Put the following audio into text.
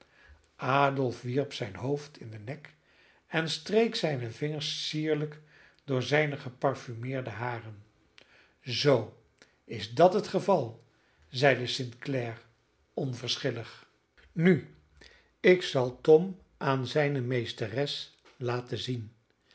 adolf wierp zijn hoofd in den nek en streek zijne vingers sierlijk door zijne geparfumeerde haren zoo is dat het geval zeide st clare onverschillig nu ik zal tom aan zijne meesteres laten zien